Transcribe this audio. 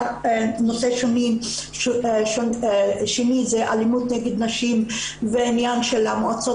נושא שני זה אלימות נגד נשים ועניין של המועצות